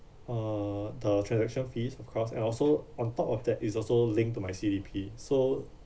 uh the transaction fees across and also on top of that it's also linked to my C_D_P so